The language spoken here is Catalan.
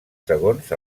segons